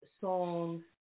songs